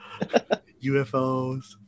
UFOs